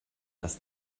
das